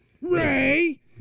Ray